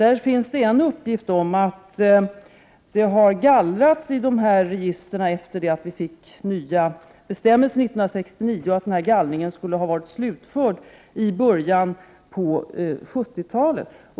Där finns det en uppgift om att det har gallrats i åsiktsregistren efter det att vi fick de nya bestämmelserna 1969 och att den gallringen skulle ha varit slutförd i början av 70-talet.